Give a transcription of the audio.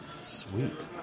Sweet